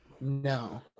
No